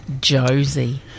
Josie